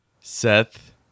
Seth